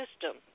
system